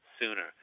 sooner